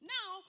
Now